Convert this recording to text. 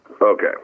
Okay